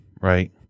right